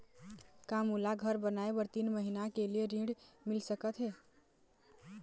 का मोला घर बनाए बर तीन महीना के लिए ऋण मिल सकत हे?